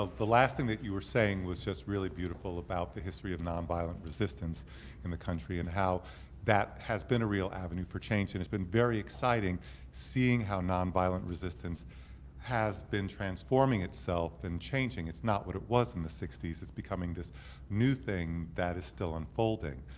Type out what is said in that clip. the last thing that you were saying was just really beautiful, about the history of non violent resistance in the country, and how that has been a real avenue for change, and it's been very exciting seeing how non violent resistance has been transforming itself and changing, it's not what it was in the sixty becoming this new thing that is still unfolding,